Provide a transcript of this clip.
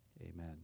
amen